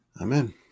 Amen